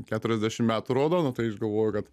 keturiasdešim metų rodo nu tai aš galvoju kad